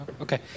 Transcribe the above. Okay